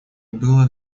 было